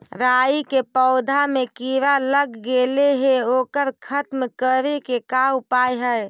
राई के पौधा में किड़ा लग गेले हे ओकर खत्म करे के का उपाय है?